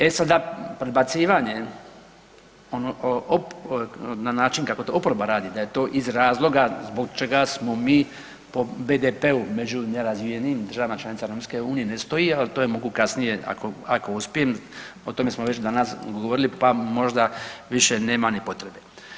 E sada, predbacivanje na način kako to oporba radi, da je to iz razloga zbog čega smo mi po BDP-u među nerazvijenijim državama članicama EU-a ne stoji, ali to mogu kasnije ako uspijem, o tome smo već danas govorili, pa možda više nema ni potrebe.